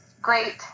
great